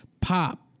pop